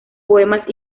poemas